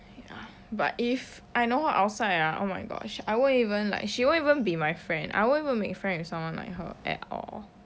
ya but if I know her outside ah oh my gosh I won't even like she won't even be my friend I won't even make friends with someone like her at all